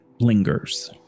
lingers